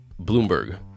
bloomberg